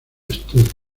estudios